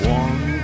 one